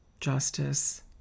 justice